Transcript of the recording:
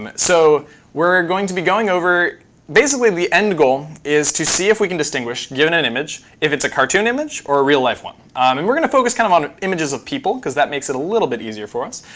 um so we're to be going over basically, the end goal is to see if we can distinguish, given an image, if it's a cartoon image or a real-life one. and we're going to focus kind of on images of people because that makes it a little bit easier for us.